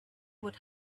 would